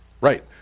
Right